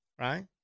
right